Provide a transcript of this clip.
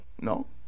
no